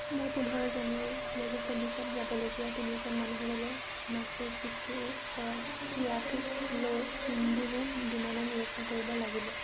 মই পোন্ধৰ জানুৱাৰী দুহেজাৰ চৌবিছত যাবলগীয়া তিনিজন মানুহৰ বাবে মাচু পিচ্চুৰ পৰা কিয়োটোলৈ ইণ্ডিগো বিমানৰ ব্যৱস্থা কৰিব লাগিব